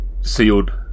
Sealed